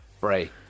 Bray